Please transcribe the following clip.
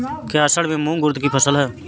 क्या असड़ में मूंग उर्द कि फसल है?